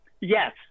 Yes